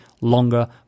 longer